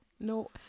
No